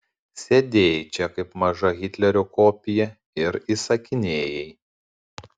sėdėjai čia kaip maža hitlerio kopija ir įsakinėjai